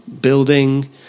building